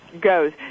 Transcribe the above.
goes